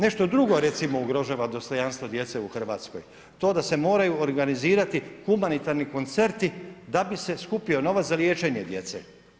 Nešto drugo recimo ugrožava dostojanstvo djece u Hrvatskoj, to da se moraju organizirati humanitarni koncerti da bi se skupio novac za liječenje djece.